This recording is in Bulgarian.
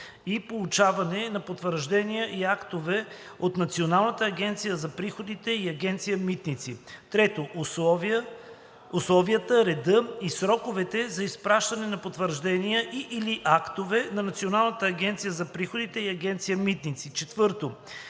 и получаване на потвърждения и актове от Националната агенция за приходите и Агенция „Митници“; 3. условията, реда и сроковете за изпращане на потвърждения и/или актове от Националната агенция за приходите и Агенция „Митници“;